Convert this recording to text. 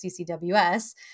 CCWS